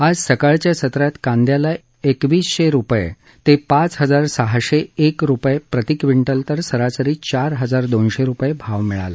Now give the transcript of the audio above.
आज सकाळच्या सत्रात कांद्याला एकवीसशे रूपये ते पाच हजार सहाशे एक रूपये प्रति क्विंटल तर सरासरी चार हजार दोनशे रूपये भाव मिळाला